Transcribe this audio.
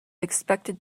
expected